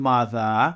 Mother